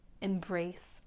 Embrace